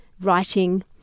writing